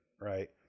right